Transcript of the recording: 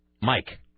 Mike